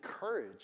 courage